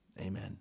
Amen